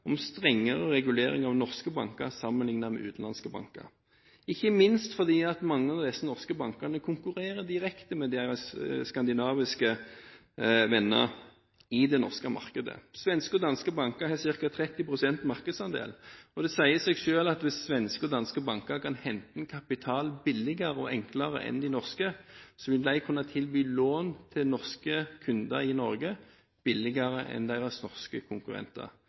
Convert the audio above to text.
om strengere regulering av norske banker sammenlignet med utenlandske banker, ikke minst fordi mange av de norske bankene konkurrerer direkte med sine skandinaviske venner i det norske markedet. Svenske og danske banker har ca. 30 pst. markedsandel, og det sier seg selv at hvis svenske og danske banker kan hente inn kapital billigere og enklere enn de norske, vil de kunne tilby lån til norske kunder i Norge billigere enn sine norske konkurrenter.